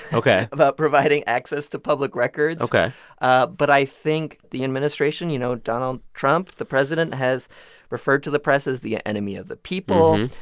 ok. about providing access to public records ok ah but i think the administration you know, donald trump, the president, has referred to the press as the enemy of the people.